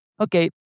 okay